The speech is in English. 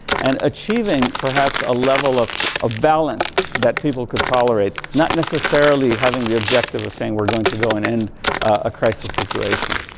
and achieving, perhaps a level of of balance that people could tolerate. not necessarily having the objective of saying we're going to go and end a crisis situation.